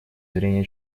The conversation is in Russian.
зрения